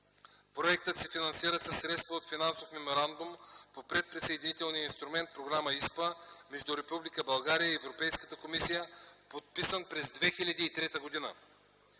Проектът се финансира със средства от Финансов меморандум по предприсъединителния инструмент Програма ИСПА между Република България и Европейската комисия, подписан през 2003 г.